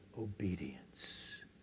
obedience